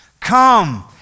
Come